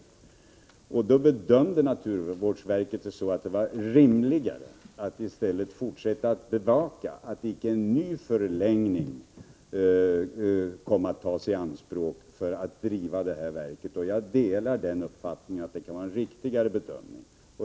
Då bedömde naturvårdsverket att det var rimligare att i stället fortsätta att bevaka att icke ny förlängning kom att tas i anspråk för att driva verket. Jag delar uppfattningen att det var en riktig bedömning.